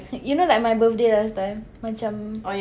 you know like my birthday that time macam